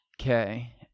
Okay